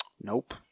nope